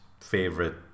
favorite